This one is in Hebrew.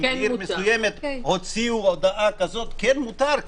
אם בעיר מסוימת הוציאו הודעה כזו כן מותר,